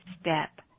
step